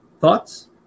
Thoughts